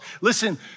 Listen